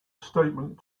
statement